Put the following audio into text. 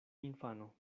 infano